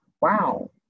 wow